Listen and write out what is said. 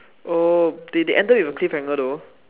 oh they they ended with a cliffhanger though